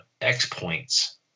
X-Points